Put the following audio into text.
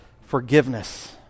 forgiveness